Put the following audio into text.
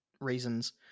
reasons